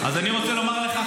אז אני רוצה לומר לך,